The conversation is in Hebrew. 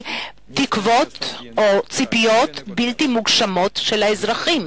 תקווה או ציפיות בלתי מוגשמות של האזרחים.